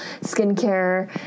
skincare